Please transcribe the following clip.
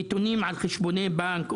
נתונים על חשבונות בנק,